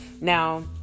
Now